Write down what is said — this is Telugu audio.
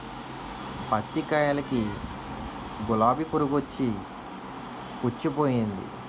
పత్తి కాయలకి గులాబి పురుగొచ్చి పుచ్చిపోయింది